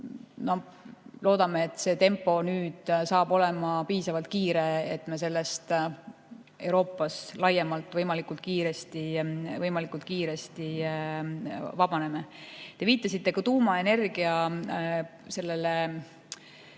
Loodame, et see tempo nüüd saab olema piisavalt kiire, et me sellest Euroopas laiemalt võimalikult kiiresti vabaneme. Te viitasite ka tuumaenergia reale